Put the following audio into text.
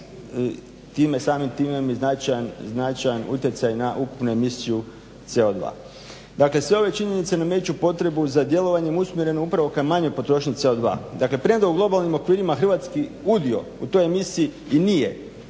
samim time ima značajan utjecaj na ukupnu emisiju CO2. Dakle sve ove činjenice nameću potrebu za djelovanjem usmjerenu upravo ka manjoj potrošnji CO2. Dakle premda u globalnim okvirima hrvatski udio u toj emisiji i nije